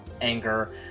anger